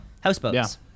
Houseboats